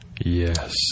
Yes